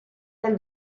nel